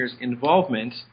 involvement